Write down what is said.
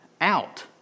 out